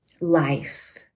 life